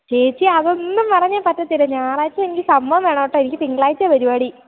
ചേച്ചി അതൊന്നും പറഞ്ഞാൽ പറ്റത്തില്ല ഞായറാഴ്ച എനിക്ക് സംഭവം വേണം കേട്ടോ എനിക്ക് തിങ്കളാഴ്ചയാണ് പരിപാടി